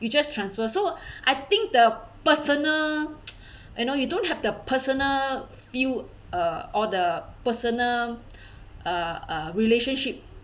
you just transfer so I think the personal you know you don't have the personal feel uh or the personal uh uh relationship